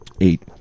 Eight